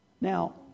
Now